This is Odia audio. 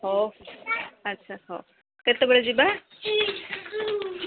ହଉ ଆଚ୍ଛା ହଉ କେତେବେଳେ ଯିବା